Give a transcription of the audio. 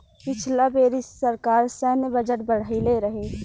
पिछला बेरी सरकार सैन्य बजट बढ़इले रहे